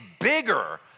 bigger